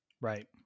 right